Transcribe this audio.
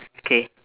okay